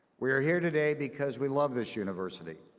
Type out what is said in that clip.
we are here today because we love this university,